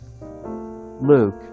Luke